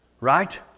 Right